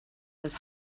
was